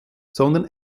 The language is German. sondern